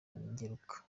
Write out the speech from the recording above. ngeruka